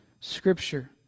scripture